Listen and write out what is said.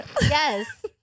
Yes